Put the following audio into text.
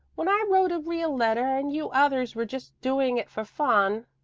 when i wrote a real letter and you others were just doing it for fun.